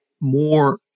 more